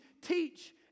teach